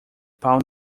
pau